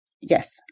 Yes